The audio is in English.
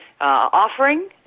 offering